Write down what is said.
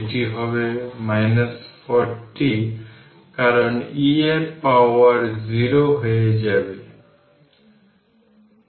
সুতরাং যদি এই ইকুয়েশনটি 14 নম্বর ইকুয়েশন এর সাথে তুলনা করুন তার মানে 1Ceq 1C1 1C2 থেকে 1CN পর্যন্ত এটি প্যারালাল ভাবে এই রেজিস্টেন্স এর মতো কিছু